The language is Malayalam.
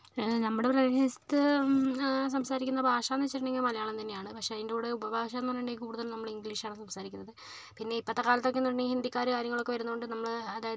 നമ്മുടെ പ്രദേശത്ത് സംസാരിക്കുന്ന ഭാഷയെന്ന് വെച്ചിട്ടുണ്ടെങ്കിൽ മലയാളം തന്നെയാണ് പക്ഷെ അതിൻ്റെ കൂടെ ഉപഭാഷയെന്ന് പറഞ്ഞിട്ടുണ്ടെങ്കിൽ കൂടുതലും നമ്മൾ ഇംഗ്ലീഷാണ് സംസാരിക്കുന്നത് പിന്നെ ഇപ്പോഴത്തെ കാലത്തൊക്കെ ഹിന്ദിക്കാർ കാര്യങ്ങളൊക്കെ വരുന്നതുകൊണ്ട് നമ്മൾ അതായത്